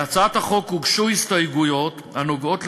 להצעת החוק הוגשו הסתייגויות הנוגעות לפסיכולוגים,